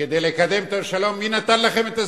כדי לקדם את השלום.